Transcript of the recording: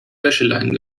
wäscheleinen